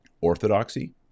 Orthodoxy